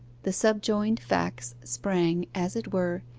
the subjoined facts sprang, as it were,